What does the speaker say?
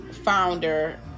Founder